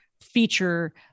feature